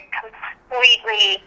completely